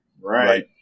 Right